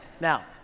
Now